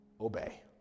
Obey